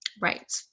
Right